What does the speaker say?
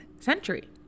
century